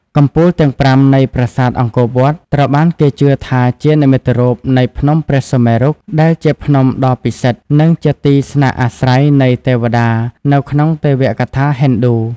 កំពូលទាំងប្រាំនៃប្រាសាទអង្គរវត្ត ត្រូវបានគេជឿថាជានិមិត្តរូបនៃភ្នំព្រះសុមេរុ ដែលជាភ្នំដ៏ពិសិដ្ឋ និងជាទីស្នាក់អាស្រ័យនៃទេវតា នៅក្នុងទេវកថាហិណ្ឌូ។